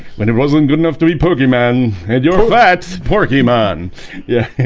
but it wasn't good enough to be pokeyman and your bats porky man yeah,